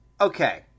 okay